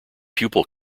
pupil